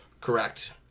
Correct